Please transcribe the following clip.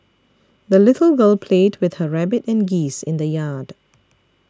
the little girl played with her rabbit and geese in the yard